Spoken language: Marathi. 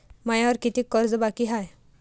मायावर कितीक कर्ज बाकी हाय?